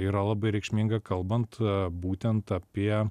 yra labai reikšminga kalbant būtent apie